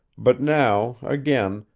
but now, again,